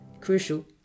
crucial